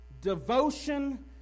devotion